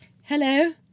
Hello